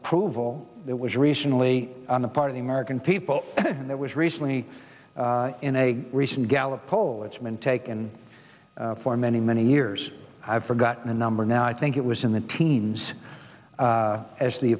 approval that was recently on the part of the american people and that was recently in a recent gallup poll it's been taken for many many years i've forgotten the number now i think it was in the teens as the